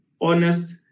honest